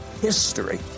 history